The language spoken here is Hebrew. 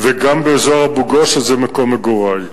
וגם באזור אבו-גוש, שזה מקום מגורי.